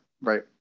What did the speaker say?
right